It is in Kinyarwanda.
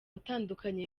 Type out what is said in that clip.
atandukanye